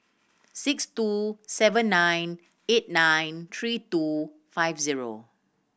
six two seven nine eight nine three two five zero